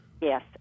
Yes